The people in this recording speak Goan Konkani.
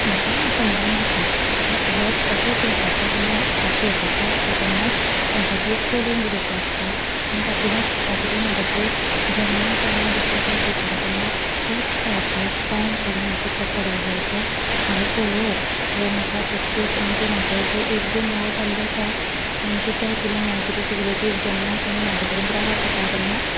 म्हाका हांव समजून घेता होच अशेंच लोकांचें जेन्ना आशेवपाचें आसता तेन्नाच म्हाका ती एक चॅलेन्ज कशी आसता आनी तातुंतल्यान शिकपाक कितें मेळटा की जेन्ना केन्ना दुसरो कोण शिंवपाक येता तेन्ना त्याच वेळाचेर टाय्म काडून मातसो कपडो हें तें हांवें पळोवप हें म्हाका प्रत्येक म्हणजे म्हाजो अशे एक दोन वेळा जाल्ली आसात म्हणजे त्या हेतुंतल्यान हांव कितें शिकलें की जेन्ना कोणी म्हजे कडेन ग्राहक येता तेन्ना